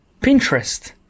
Pinterest